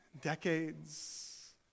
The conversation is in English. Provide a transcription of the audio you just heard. decades